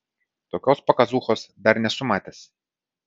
tokios pakazūchos dar nesu matęs